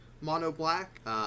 mono-black